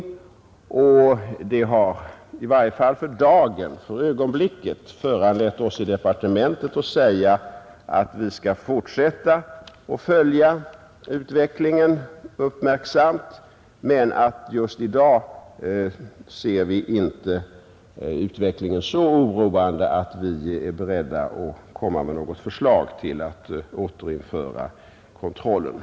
För ögonblicket har detta föranlett oss i departementet att säga att vi skall fortsätta att följa utvecklingen uppmärksamt, men just i dag anser vi inte utvecklingen så oroande att vi är beredda att framlägga något förslag om återinförande av kontrollen.